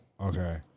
Okay